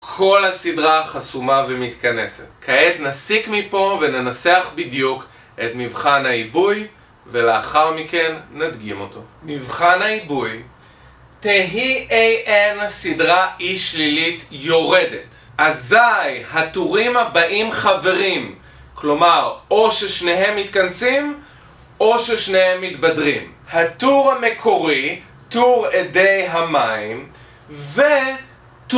כל הסדרה חסומה ומתכנסת. כעת נסיק מפה וננסח בדיוק את מבחן העיבוי ולאחר מכן נדגים אותו. מבחן העיבוי תהי A N סדרה אי שלילית יורדת, אזי הטורים הבאים חברים. כלומר - או ששניהם מתכנסים או ששניהם מתבדרים הטור המקורי, טור אדי המים, ו...